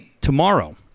tomorrow